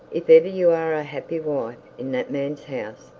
if ever you are a happy wife in that man's house,